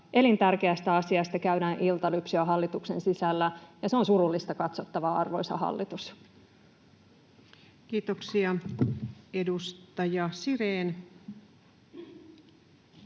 Elintärkeästä asiasta käydään iltalypsyä hallituksen sisällä, ja se on surullista katsottavaa, arvoisa hallitus. Kiitoksia. — Edustaja Sirén.